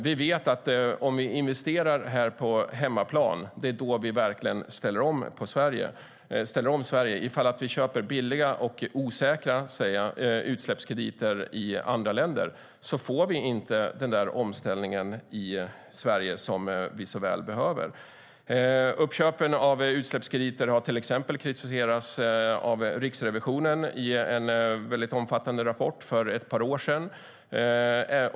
Vi vet att om vi investerar på hemmaplan ställer vi verkligen om Sverige. Om vi köper billiga och osäkra utsläppskrediter i andra länder får vi inte den omställning i Sverige som vi så väl behöver. Uppköpen av utsläppskrediter kritiserades till exempel av Riksrevisionen i en omfattande rapport för ett par år sedan.